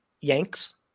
Yanks